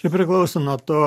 čia priklauso nuo to